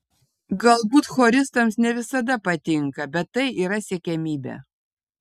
galbūt choristams ne visada patinka bet tai yra siekiamybė